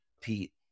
Pete